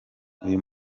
uyu